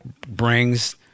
brings